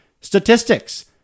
statistics